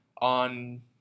on